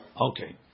Okay